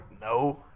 No